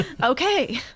Okay